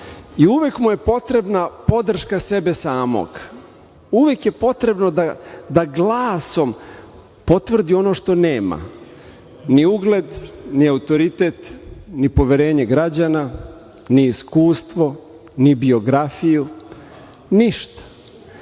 i uvek mu je potrebna podrška sebe samog, uvek je potrebno da glasom potvrdi ono što nema, ni ugled, ni autoritet, ni poverenje građana, ni iskustvo, ni biografiju, ništa. Znate,